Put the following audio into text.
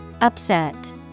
Upset